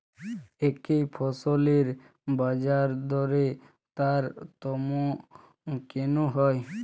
একই ফসলের বাজারদরে তারতম্য কেন হয়?